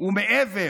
ומעבר